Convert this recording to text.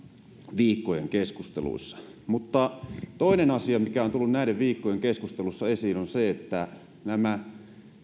viikkojen keskusteluissa toinen asia mikä on tullut näiden viikkojen keskusteluissa esiin on se että nämä